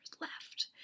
left